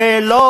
זו לא